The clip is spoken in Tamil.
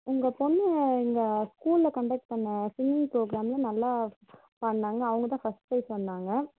உங்கள் பொண்ணு இங்கே ஸ்கூலில் கன்டெக்ட் பண்ண சிங்கிங் ப்ரோக்ராமில் நல்லா பாடினாங்க அவங்க தான் ஃபஸ்ட் ப்ரைஸ் வந்தாங்க